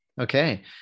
okay